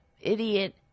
idiot